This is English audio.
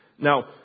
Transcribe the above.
Now